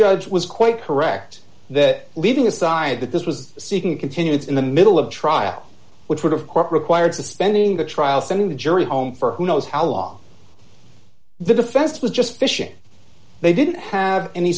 judge was quite correct that leaving aside that this was seeking continuance in the middle of trial which would of course required suspending the trial sending the jury home for who knows how long the defense was just fishing they didn't have any